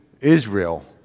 Israel